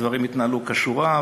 הדברים התנהלו כשורה,